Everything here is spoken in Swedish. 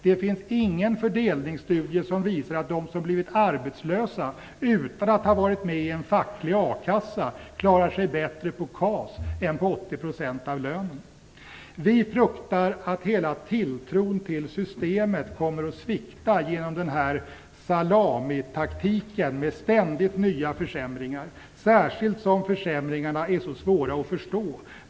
Det finns ingen fördelningsstudie som visar att de som blivit arbetslösa utan att ha varit med i en facklig A-kassa klarar sig bättre på KAS än på 80 % Vi fruktar att tilltron till hela systemet kommer att svikta genom den här salamitaktiken med ständigt nya försämringar, särskilt som försämringarna är så svåra att förstå.